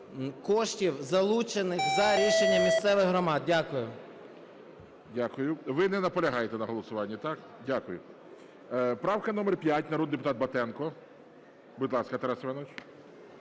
коштів, залучених за рішенням місцевих громад. Дякую. ГОЛОВУЮЧИЙ. Дякую. Ви не наполягаєте на голосуванні, так? Дякую. Правка номер 5. Народний депутат Батенко. Будь ласка, Тарас Іванович.